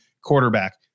quarterback